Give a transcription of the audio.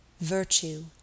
Virtue